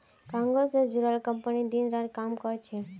cargo से जुड़ाल company दिन रात काम कर छे